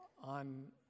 on